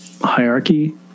hierarchy